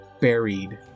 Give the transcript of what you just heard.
buried